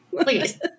please